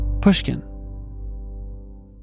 pushkin